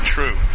True